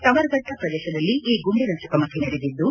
ಕವರ್ಗಟ್ಟ ಪ್ರದೇಶದಲ್ಲಿ ಈ ಗುಂಡಿನ ಚಕಮಕಿ ನಡೆದಿದ್ದು